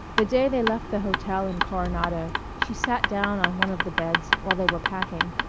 the day they left the hotel in coronado she sat down on one of the beds while they were packing,